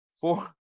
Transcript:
four